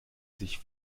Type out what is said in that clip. sich